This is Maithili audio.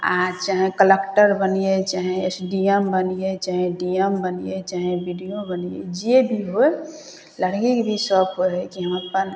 आओर चाहे कलेक्टर बनिए चाहे एस डी एम बनिए चाहे डी एम बनिए चाहे बी डी ओ बनिए जे भी होइ लड़कीके भी सौख होइ हइ कि हम अपन